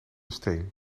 steen